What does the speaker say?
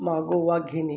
मागोवा घेणे